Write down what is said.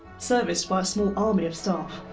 serviced by a small army of staff.